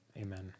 Amen